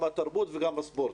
גם התרבות וגם הספורט.